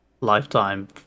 lifetime